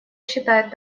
считает